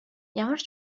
ямар